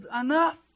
enough